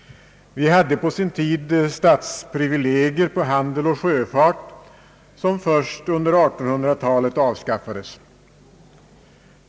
Vi hade på sin tid stadsprivilegier för handel och sjöfart som avskaffades först under 1800-talet.